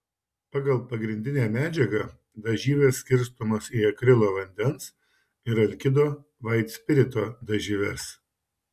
pagal pagrindinę medžiagą dažyvės skirstomos į akrilo vandens ir alkido vaitspirito dažyves